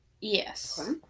Yes